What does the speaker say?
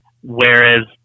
whereas